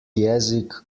jezik